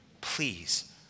Please